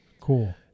Cool